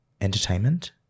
entertainment